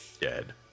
Dead